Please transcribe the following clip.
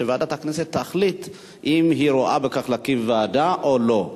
שוועדת הכנסת תחליט אם היא רואה בכך צורך להקים ועדה או לא.